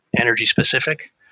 energy-specific